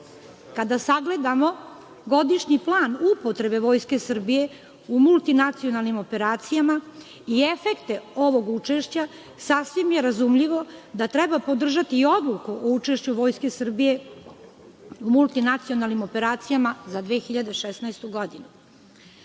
sagledamo Godišnji plan upotrebe Vojske Srbije u multinacionalnim operacijama i efekte ovog učešća, sasvim je razumljivo da treba podržati i Odluku o učešću Vojske Srbije u multinacionalnim operacijama za 2016. godinu. Ovom